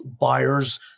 buyers